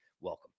Welcome